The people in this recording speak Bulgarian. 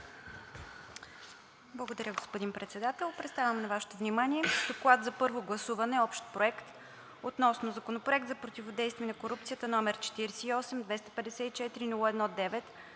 Благодаря, господин Председател. Представям на Вашето внимание: „ДОКЛАД за първо гласуване – общ проект относно Законопроект за противодействие на корупцията, № 48-254-01-9,